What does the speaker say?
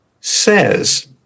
says